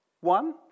One